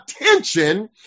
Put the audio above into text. attention